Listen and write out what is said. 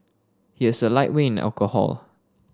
he is a lightweight in alcohol